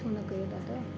तव्हां बंदि छो न कयो दादा